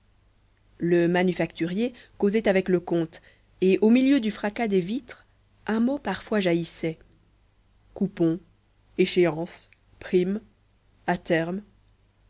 le manufacturier causait avec le comte et au milieu du fracas des vitres un mot parfois jaillissait coupon échéance prime à terme